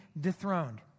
dethroned